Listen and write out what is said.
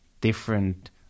different